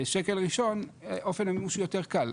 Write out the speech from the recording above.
בשקל ראשון אופן המימוש הוא יותר קל,